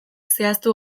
zehaztu